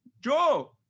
joe